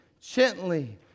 gently